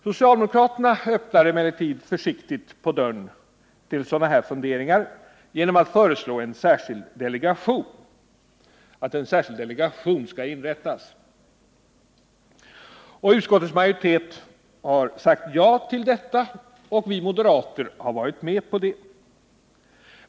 Socialdemokraterna öppnar emellertid försiktigt på dörren till sådana funderingar genom att föreslå att en särskild delegation skall inrättas. Utskottets majoritet har sagt ja till detta, och vi moderater har varit med på de.